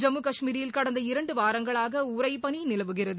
ஜம்முகஷ்மீரில் கடந்த இரண்டு வாரங்களாக உறைபனி நிலவுகிறது